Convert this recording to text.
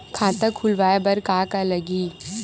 खाता खुलवाय बर का का लगही?